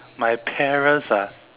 my parents ah